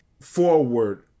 forward